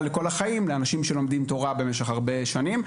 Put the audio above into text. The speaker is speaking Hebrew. לכל החיים לאנשים שלומדים תורה במשך הרבה שנים,